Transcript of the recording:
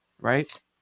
Right